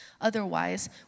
otherwise